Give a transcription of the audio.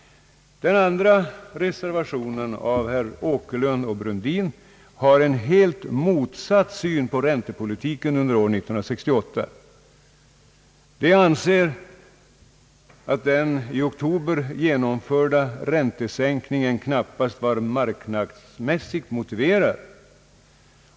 Den andra reservationen, av herrar Åkerlund och Brundin, har en helt motsatt syn på räntepolitiken under år 1968. Reservanterna anser att den i oktober genomförda «räntesänkningen knappast var marknadsmässigt motiverad.